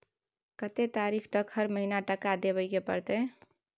कत्ते तारीख तक हर महीना टका देबै के परतै?